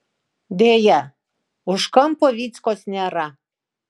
deja už kampo vyckos nėra